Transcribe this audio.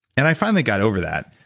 and i finally got over that.